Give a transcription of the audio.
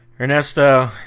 Ernesto